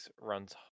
runs